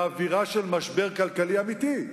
באווירה של משבר כלכלי אמיתי.